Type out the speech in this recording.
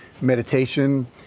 meditation